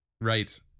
Right